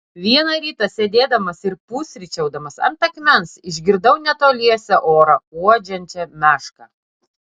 vieną rytą sėdėdamas ir pusryčiaudamas ant akmens išgirdau netoliese orą uodžiančią mešką